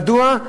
מדוע?